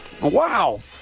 Wow